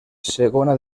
segona